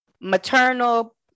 maternal